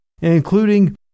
including